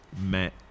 met